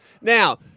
Now